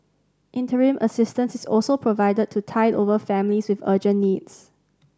interim assistance is also provided to tide over families with urgent needs